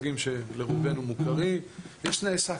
בחברה היהודית הוא 16,000 תושבים ומעלה.